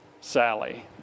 Sally